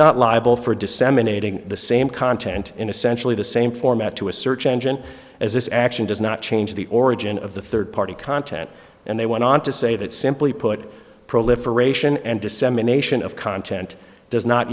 not liable for disseminating the same content in a centrally the same format to a search engine as this action does not change the origin of the third party content and they went on to say that simply put proliferation and dissemination of content does not